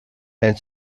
and